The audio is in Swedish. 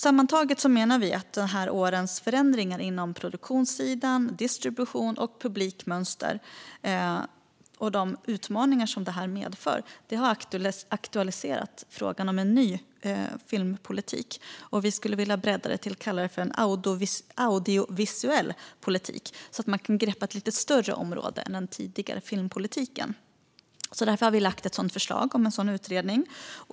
Sammantaget menar vi att de senaste årens förändringar inom produktion, distribution och publikmönster och de utmaningar som det medför aktualiserar frågan om en ny filmpolitik. Vi skulle vilja bredda det och kalla det för en audiovisuell politik, så att man kan greppa ett lite större område än den tidigare filmpolitiken. Därför har vi lagt fram ett förslag om en sådan utredning.